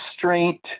constraint